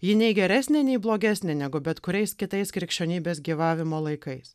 ji nei geresnė nei blogesnė negu bet kuriais kitais krikščionybės gyvavimo laikais